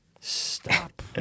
Stop